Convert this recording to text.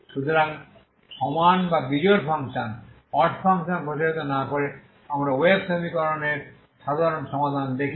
সুতরাং সমান বা বিজোড় ফাংশন প্রসারিত না করে আমরা ওয়েভ সমীকরণের সাধারণ সমাধান দেখে